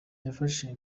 yafashe